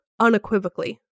Unequivocally